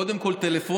קודם כול טלפונית,